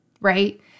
right